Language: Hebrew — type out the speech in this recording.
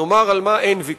נאמר על מה אין ויכוח.